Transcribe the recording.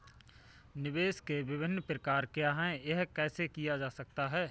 निवेश के विभिन्न प्रकार क्या हैं यह कैसे किया जा सकता है?